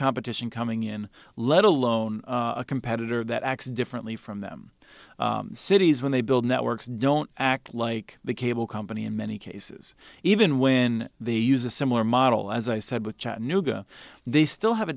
competition coming in let alone a competitor that acts differently from them cities when they build networks don't act like the cable company in many cases even when they use a similar model as i said with chattanooga they still have a